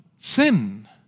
sin